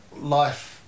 life